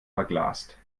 verglast